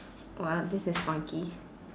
what this is funky